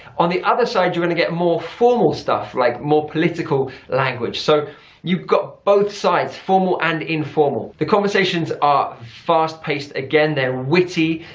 on the other side you are going to get more formal stuff like more political language. so you've got both sides formal and informal. the conversations are fast-paced again, they are witty,